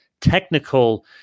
technical